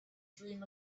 dream